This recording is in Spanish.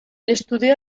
estudió